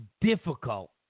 difficult